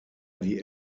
die